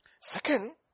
Second